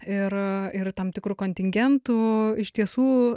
ir ir tam tikru kontingentu iš tiesų